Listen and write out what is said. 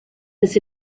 this